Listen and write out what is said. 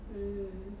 mm